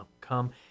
come